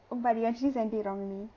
oh but you actually sent it wrongly